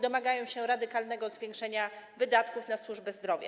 Domagają się radykalnego zwiększenia wydatków na służbę zdrowia.